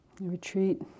Retreat